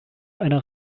einer